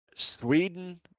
Sweden